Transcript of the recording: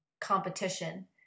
competition